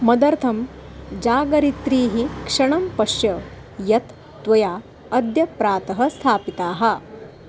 मदर्थं जागरित्रीः क्षणं पश्य यत् त्वया अद्य प्रातः स्थापिताः